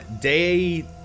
day